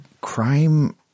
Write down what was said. crime